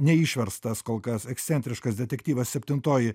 neišverstas kol kas ekscentriškas detektyvas septintoji